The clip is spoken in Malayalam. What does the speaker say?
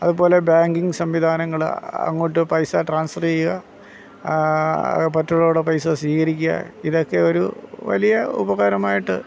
അതുപോലെ ബാങ്കിംഗ് സംവിധാനങ്ങൾ അങ്ങോട്ട് പൈസ ട്രാൻസർ ചെയ്യുക മറ്റുള്ളവരുടെ പൈസ സ്വീകരിക്കുക ഇതൊക്കെ ഒരു വലിയ ഉപകാരമായിട്ട്